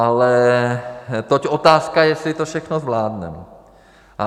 Ale toť otázka, jestli to všechno zvládneme.